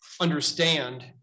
understand